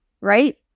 right